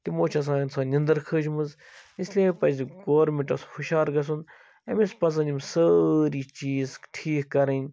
تِمو چھِ آسان سۄ نٮ۪نٛدٕر کھٲجمٕژ اِسلیے پَزِ گورمنٹَس ہُشیار گَژھُن أمِس پَزَن یِم سٲرِی چیٖز ٹھیٖک کَرٕنۍ